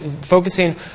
focusing